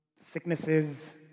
sicknesses